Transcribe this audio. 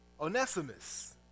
Onesimus